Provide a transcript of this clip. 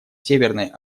северной